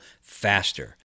faster